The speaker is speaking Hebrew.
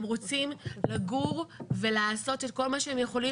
הם רוצים לגור ולעשות את כל מה שהם יכולים